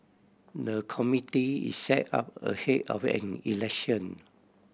the committee is set up ahead of an election